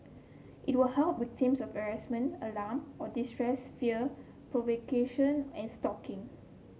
it will help victims of harassment alarm or distress fear provocation and stalking